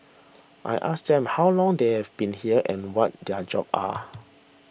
I asked them how long they have been here and what their jobs are